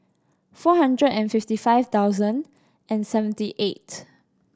four hundred and fifty five thousand and seventy eight